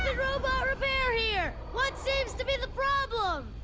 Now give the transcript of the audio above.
robot repair here! what seems to be the problem?